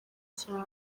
cyane